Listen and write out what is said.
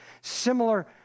similar